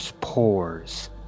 pores